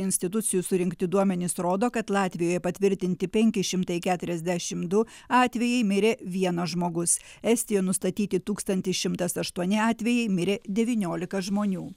institucijų surinkti duomenys rodo kad latvija patvirtinti penki šimtai keturiasdešim du atvejai mirė vienas žmogus estijoj nustatyti tūkstantis šimtas aštuoni atvejai mirė devyniolika žmonių